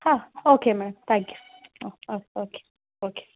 ಹಾಂ okay madam thank you okay okay